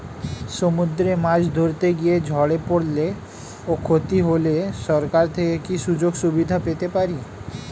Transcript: সমুদ্রে মাছ ধরতে গিয়ে ঝড়ে পরলে ও ক্ষতি হলে সরকার থেকে কি সুযোগ সুবিধা পেতে পারি?